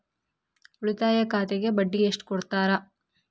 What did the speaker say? ಉಳಿತಾಯ ಖಾತೆಗೆ ಬಡ್ಡಿ ಎಷ್ಟು ಕೊಡ್ತಾರ?